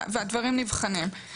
והדברים נבחנים.